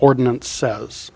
ordinance says